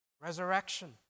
resurrection